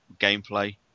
gameplay